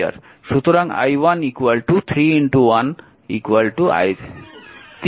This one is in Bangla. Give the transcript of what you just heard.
সুতরাং i1 3 1 3 অ্যাম্পিয়ার